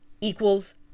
equals